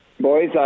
boys